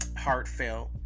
heartfelt